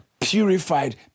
purified